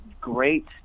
great